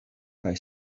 kaj